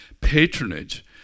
patronage